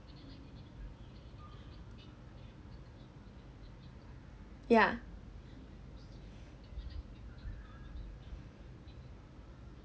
yeah